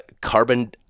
carbon